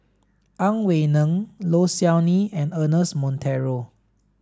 Ang Wei Neng Low Siew Nghee and Ernest Monteiro